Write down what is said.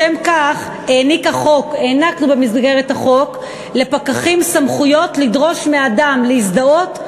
לשם כך הענקנו במסגרת החוק לפקחים סמכויות לדרוש מאדם להזדהות,